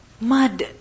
Mud